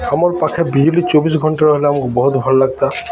ଆମର୍ ପାଖେ ବିଜୁଳି ଚବିଶ ଘଣ୍ଟେ ରହିଲେ ଆମ ବହୁତ ଭଲ ଲାଗନ୍ତା